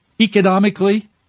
economically